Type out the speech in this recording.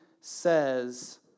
says